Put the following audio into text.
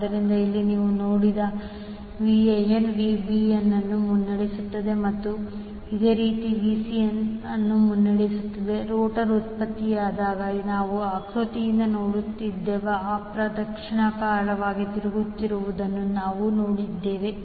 ಆದ್ದರಿಂದ ಇಲ್ಲಿ ನಾವು ನೋಡಿದ್ದೇವೆ Van Vbn ಅನ್ನು ಮುನ್ನಡೆಸುತ್ತದೆ ಮತ್ತು ಈ ಅನುಕ್ರಮದಲ್ಲಿ Vcn ಅನ್ನು ಮುನ್ನಡೆಸುತ್ತದೆ ರೋಟರ್ ಉತ್ಪತ್ತಿಯಾದಾಗ ನಾವು ಆಕೃತಿಯಿಂದ ನೋಡಿದಂತೆ ಅಪ್ರದಕ್ಷಿಣಾಕಾರದಲ್ಲಿ ತಿರುಗುತ್ತಿರುವುದನ್ನು ನಾವು ನೋಡಿದ್ದೇವೆ